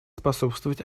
способствовать